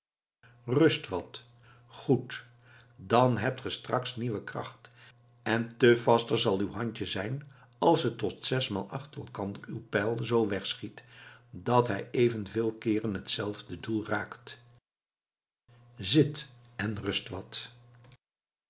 rust wat goed dan hebt ge straks nieuwe kracht en te vaster zal uw handje zijn als ge tot zesmaal achter elkander uw pijl z wegschiet dat hij even veel keeren hetzelfde doel raakt zit en rust wat